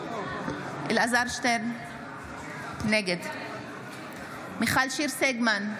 נגד מיכל שיר סגמן,